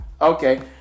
Okay